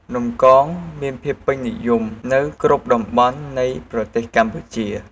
នំកង មានភាពពេញនិយមនៅគ្រប់តំបន់នៃប្រទេសកម្ពុជា។